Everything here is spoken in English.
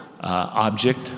Object